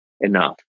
enough